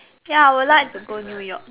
ya I would like to go New-York